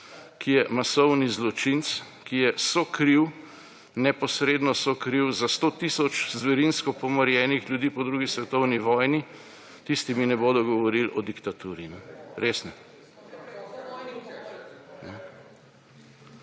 ki je masovni zločinec, ki je sokriv, neposredno sokriv za sto tisoč zverinsko pomorjenih ljudi po drugi svetovni vojni, tisti mi ne bodo govorili o diktaturi. Res ne.